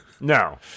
No